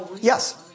Yes